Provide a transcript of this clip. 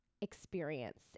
experience